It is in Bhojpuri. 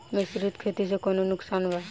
मिश्रित खेती से कौनो नुकसान वा?